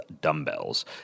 dumbbells